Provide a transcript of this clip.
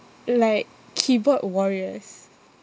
like keyboard warriors